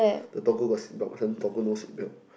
the doggo got seatbelt doggo no seatbelt